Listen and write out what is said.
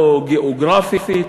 לא גיאוגרפית,